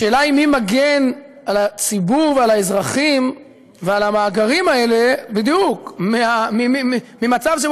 השאלה היא מי מגן על הציבור ועל האזרחים ועל המאגרים האלה ממצב שבו